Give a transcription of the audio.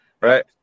right